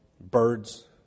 birds